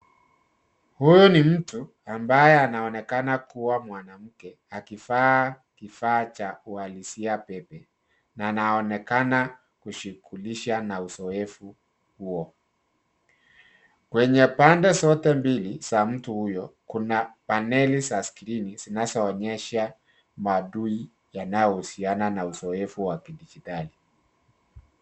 Huyu ni mtu ambaye anaonekana kua mwanamke akivaa kifaa cha ualisia pepe, na anaonekana kushughulisha na uzoefu huo. Kwenye pande zote mbili za mtu huyo, kuna paneli za skirini, zinazoonesha mahudhui yanayohusiana na uzoefu wa kidijitali.